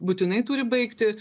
būtinai turi baigti